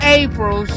april